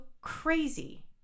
crazy